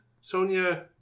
Sonia